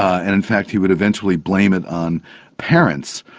and in fact he would eventually blame it on parents,